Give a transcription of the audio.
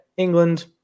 England